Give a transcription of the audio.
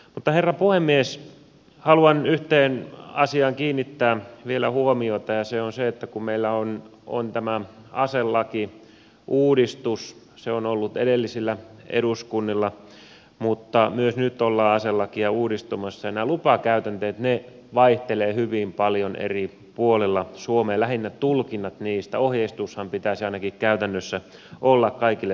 mutta herra puhemies haluan yhteen asiaan kiinnittää vielä huomiota ja se on se että meillä on tämä aselakiuudistus se on ollut edellisillä eduskunnilla mutta myös nyt ollaan aselakia uudistamassa ja nämä lupakäytänteet vaihtelevat hyvin paljon eri puolilla suomea lähinnä tulkinnat niistä ohjeistuksenhan pitäisi ainakin käytännössä olla kaikille sama